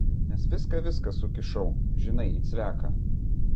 nes viską viską sukišau žinai į cveką